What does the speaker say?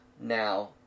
now